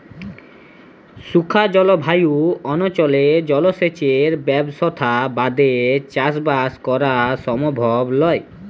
শুখা জলভায়ু অনচলে জলসেঁচের ব্যবসথা বাদে চাসবাস করা সমভব লয়